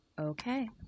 Okay